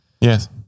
Yes